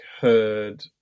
heard